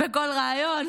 בכל ריאיון.